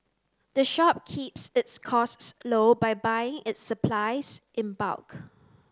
the shop keeps its costs low by buying its supplies in bulk